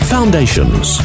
Foundations